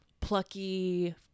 plucky